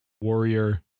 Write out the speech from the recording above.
Warrior